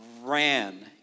ran